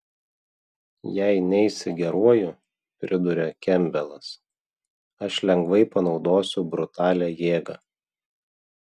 jei neisi geruoju priduria kempbelas aš lengvai panaudosiu brutalią jėgą